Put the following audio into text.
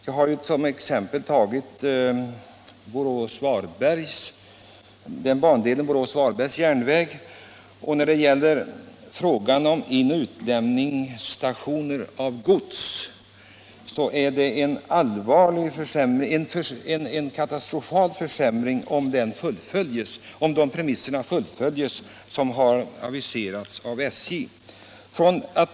Jag har som exempel tagit bandelen Borås-Varberg, för vilken SJ har aviserat en katastrofal försämring i fråga om antalet in och utlämningsstationer för gods.